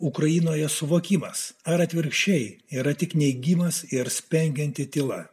ukrainoje suvokimas ar atvirkščiai yra tik neigimas ir spengianti tyla